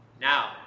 Now